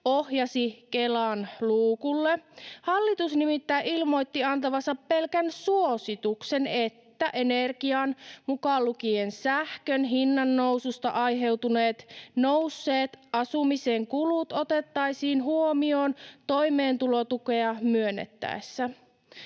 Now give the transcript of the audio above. ohjasi Kelan luukulle — hallitus nimittäin ilmoitti antavansa pelkän suosituksen, että energian, mukaan lukien sähkön, hinnannoususta aiheutuneet nousseet asumisen kulut otettaisiin huomioon toimeentulotukea myönnettäessä.